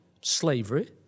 slavery